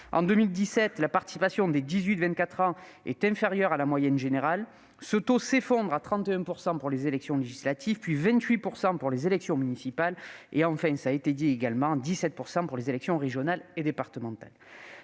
toujours, la participation des 18-24 ans est inférieure en 2017 à la moyenne générale. Ce taux s'effondre à 31 % pour les élections législatives, puis à 28 % pour les élections municipales et enfin à 17 % pour les dernières élections régionales et départementales